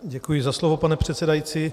Děkuji za slovo, pane předsedající.